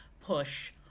push